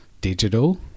digital